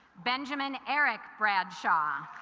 benjamin eric bradshaw